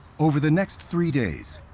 over the next three days,